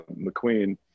McQueen